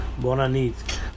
bonanit